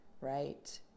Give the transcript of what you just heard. right